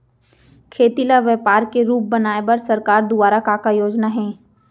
खेती ल व्यापार के रूप बनाये बर सरकार दुवारा का का योजना हे?